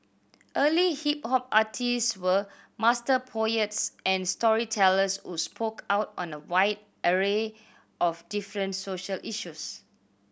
early hip hop artist were master poets and storytellers who spoke out on a wide array of different social issues